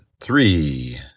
three